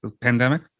pandemic